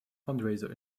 fundraiser